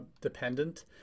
dependent